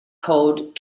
called